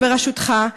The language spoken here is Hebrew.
שבראשותך,